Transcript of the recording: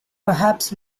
perhaps